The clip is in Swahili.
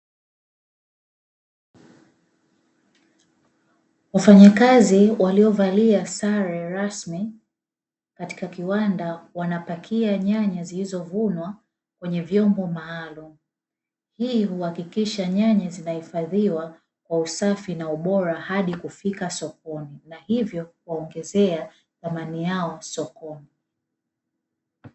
Wafanyakazi waliovalia sare rasmi katika kiwanda wanapakia nyanya zilizovunwa kwenye vyombo maalumu. Hii hukakikisha nyanya zainahifadhiwa kwa usafi na ubora hadi kufika sokoni na hivyo kuwaongezea thamani yao sokoni.